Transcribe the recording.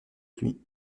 pluies